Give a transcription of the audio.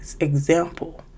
example